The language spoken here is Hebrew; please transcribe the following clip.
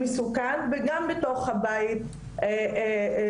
מסוכן, וגם בתוך הבית שלו,